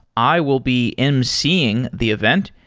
i will be emceeing the event,